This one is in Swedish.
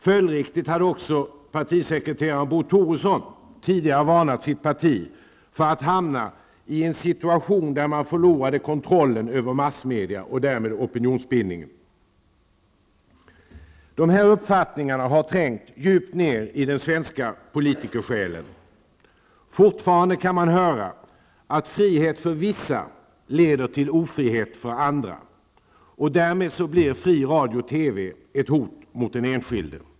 Följdriktigt hade också partisekreterare Bo Toresson tidigare varnat sitt parti för att hamna i en situation där man förlorar kontrollen över massmedia och därmed opinionsbildningen. Dessa uppfattningar har trängt djupt ner i den svenska politikersjälen. Fortfarande kan man höra att frihet för vissa leder till ofrihet för andra. Därmed blir fri Radio/TV ett hot mot den enskilde.